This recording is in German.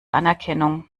anerkennung